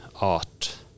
art